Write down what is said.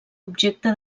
objecte